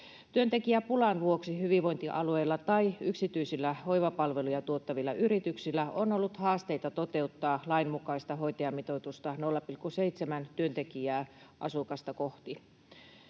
Työntekijäpulan vuoksi hyvinvointialueilla tai yksityisillä hoivapalveluja tuottavilla yrityksillä on ollut haasteita toteuttaa lainmukaista hoitajamitoitusta eli 0,7:ää työntekijää asukasta kohti.